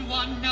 one